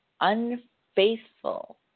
unfaithful